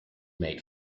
made